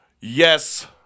Yes